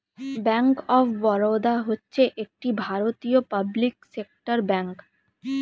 bank of Baroda হচ্ছে একটি ভারতীয় পাবলিক সেক্টর ব্যাঙ্ক